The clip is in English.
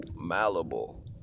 malleable